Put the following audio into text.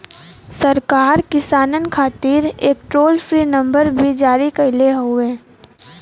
सरकार किसानन खातिर एक टोल फ्री नंबर भी जारी कईले हउवे